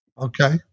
Okay